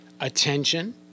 Attention